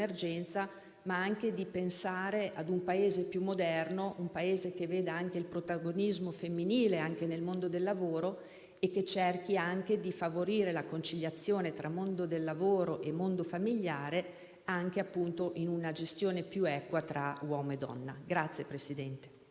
all'emergenza, ma anche di pensare ad un Paese più moderno, che veda anche un protagonismo femminile nel mondo del lavoro e che cerchi anche di favorire la conciliazione tra mondo del lavoro e mondo familiare in una gestione più equa tra uomo e donna.